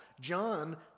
John